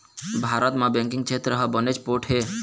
भारत म बेंकिंग छेत्र ह बनेच पोठ हे